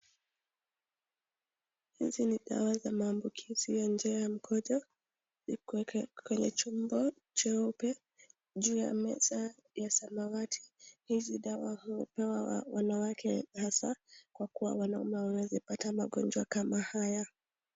hizi ni dawa za maambukizi ya njia ya mkojo zimewekwa kwenye chombo cheupe juu ya meza ya samawati. hizi dawa hupewa wanawake hasa kwa kuwa wanaume hawawezi pata magonjwa kama haya.